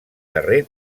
darrer